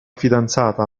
fidanzata